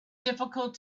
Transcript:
difficult